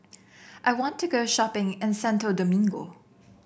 I want to go shopping in Santo Domingo